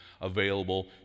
available